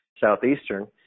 Southeastern